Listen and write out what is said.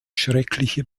schreckliche